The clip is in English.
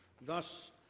Thus